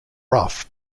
rough